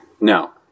No